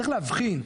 צריך להבחין,